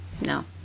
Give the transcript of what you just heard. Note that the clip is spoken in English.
No